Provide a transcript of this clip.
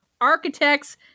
architects